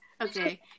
Okay